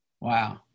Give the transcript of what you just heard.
wow